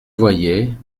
voyait